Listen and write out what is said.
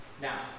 Now